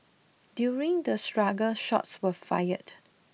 during the struggle shots were fired